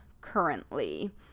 currently